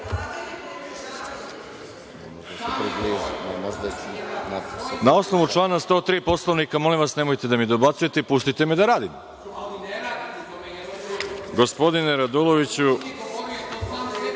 osnovu člana 103. Poslovnika. Molim vas, nemojte da mi dobacujete i pustite me da radim.(Saša Radulović,